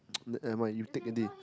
nevermind you take already